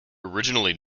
originally